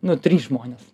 nu trys žmonės